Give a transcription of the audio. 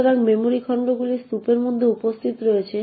সুতরাং মেমরি খণ্ডগুলি স্তূপের মধ্যে উপস্থিত রয়েছে